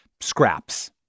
scraps